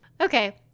Okay